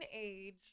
age